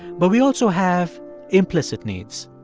but we also have implicit needs.